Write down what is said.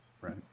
Right